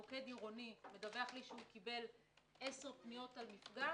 מוקד עירוני מדווח לי שהוא קיבל עשר פניות על מפגע,